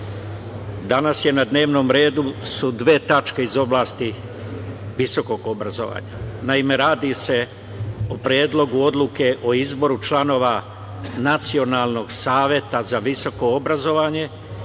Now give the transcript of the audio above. danas su na dnevnom redu dve tačke iz oblasti visokog obrazovanja. Naime, radi se o Predlogu odluke o izboru članova Nacionalnog saveta za visoko obrazovanje